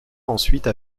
ensuite